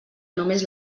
només